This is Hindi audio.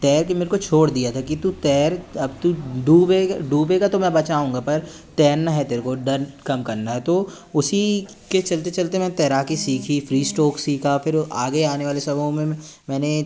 तैर के मेरे को छोड़ दिया था कि तू तैर अब तू डूबेगा तो मैं बचाऊँगा पर तैरना है तेरे को डर कम करना है तो उसी के चलते चलते मैं तैराकी सीखी फ्री इस्ट्रोक सीखा फिर आगे आने वाले में मैं मैंने